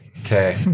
Okay